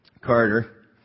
Carter